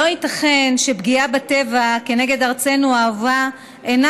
לא ייתכן שפגיעה בטבע כנגד ארצנו האהובה אינה